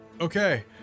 okay